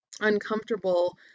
uncomfortable